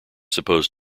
supposed